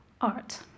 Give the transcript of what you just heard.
art